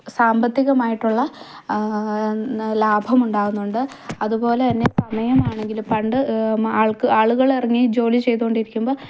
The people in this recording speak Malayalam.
സാമ്പത്തികമായിട്ടുള്ള ലാഭമുണ്ടാകുന്നുണ്ട് അതുപോലെ തന്നെ സമയമാണെങ്കിലും പണ്ട് ആളുകളിറങ്ങി ജോലി ചെയ്ത് കൊണ്ടിരിക്കുമ്പോൾ